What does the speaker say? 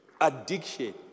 Addiction